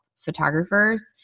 photographers